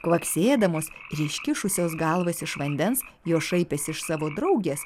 kvaksėdamos ir iškišusios galvas iš vandens jos šaipės iš savo draugės